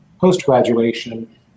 post-graduation